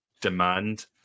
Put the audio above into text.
demand